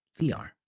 VR